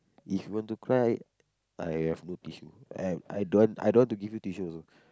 if you want to cry I have no tissue I I don't want to I don't want to give you tissue also